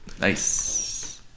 Nice